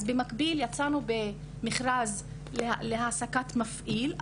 אז במקביל יצאנו במכרז להעסקת מפעיל,